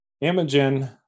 Imogen